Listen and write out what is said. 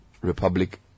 Republic